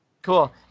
Cool